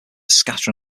scatter